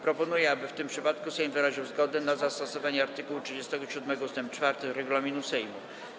Proponuję, aby w tym przypadku Sejm wyraził zgodę na zastosowanie art. 37 ust. 4 regulaminu Sejmu.